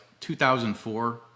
2004